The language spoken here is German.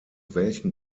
welchen